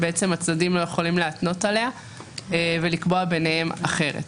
שהצדדים לא יכולים להתנות עליה ולקבוע ביניהם אחרת.